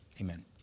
amen